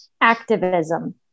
activism